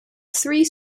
three